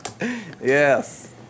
Yes